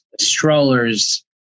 strollers